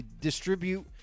distribute